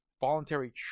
voluntary